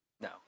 No